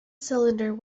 cylinder